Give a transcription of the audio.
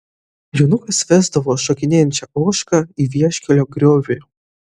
jonukas vesdavo šokinėjančią ožką į vieškelio griovį